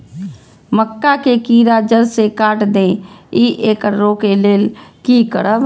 मक्का के कीरा जड़ से काट देय ईय येकर रोके लेल की करब?